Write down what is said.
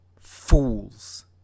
Fools